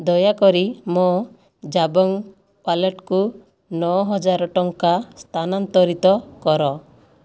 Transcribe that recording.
ଦୟାକରି ମୋ ଜାବଙ୍ଗ୍ ୱାଲେଟକୁ ନଅ ହଜାର ଟଙ୍କା ସ୍ଥାନାନ୍ତରିତ କର